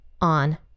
on